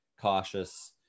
cautious